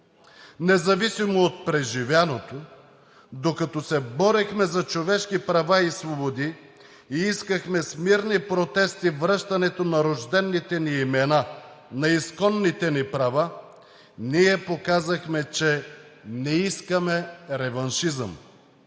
Независимо от преживяното, докато се борехме за човешки права и свободи и искахме с мирни протести връщането на рождените ни имена, на изконните ни права, ние показахме, че не искаме реваншизъм.